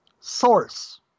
source